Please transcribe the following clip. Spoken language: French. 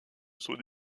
son